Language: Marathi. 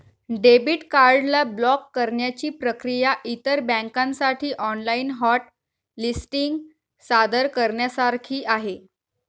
डेबिट कार्ड ला ब्लॉक करण्याची प्रक्रिया इतर बँकांसाठी ऑनलाइन हॉट लिस्टिंग सादर करण्यासारखी आहे